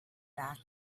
back